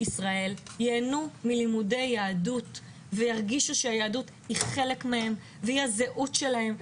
ישראל ייהנו מלימודי יהדות וירגישו שהיהדות היא חלק מהם והיא הזהות שלהם.